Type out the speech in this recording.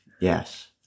Yes